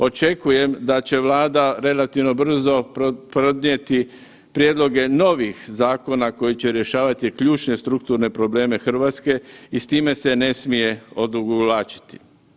Očekujem da će Vlada relativno brzo podnijeti prijedloge novih zakona koji će rješavati ključne strukturne probleme Hrvatske i s time se ne smije odugovlačiti.